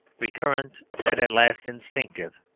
recurrent and at last instinctive.